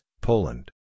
Poland